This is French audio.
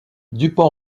dupont